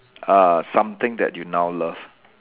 uh something that you now love